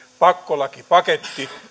pakkolakipaketti